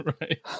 Right